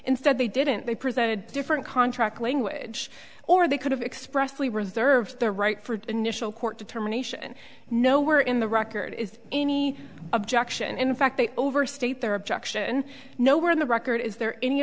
instead they didn't they present a different contract language or they could have expressed we reserve the right for initial court determination no where in the record is any objection in fact they overstate their objection no where in the record is there any